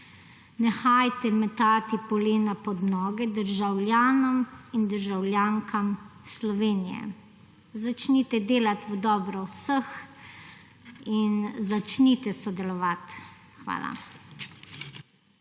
nehajte metati polena pod noge državljanom in državljankam Slovenije. Začnite delati v dobro vseh in začnite sodelovati. Hvala.